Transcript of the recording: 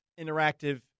interactive